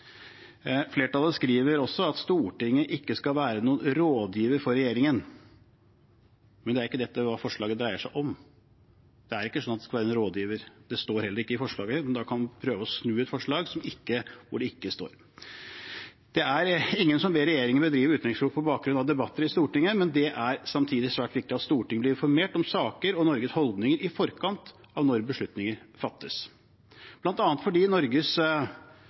Flertallet skriver også at Stortinget ikke skal være noen rådgiver for regjeringen. Men det er ikke det forslaget dreier seg om. Det er ikke slik at det skal være en rådgiver. Det står heller ikke i forslaget. Man prøver å snu et forslag hvor det ikke står. Det er ingen som ber regjeringen bedrive utenrikspolitikk på bakgrunn av debatter i Stortinget, men det er samtidig svært viktig at Stortinget blir informert om saker og Norges holdninger i forkant av at beslutninger fattes, bl.a. fordi Norges